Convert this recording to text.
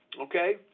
okay